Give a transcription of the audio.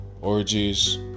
orgies